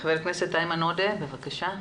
ח"כ איימן עודה בבקשה.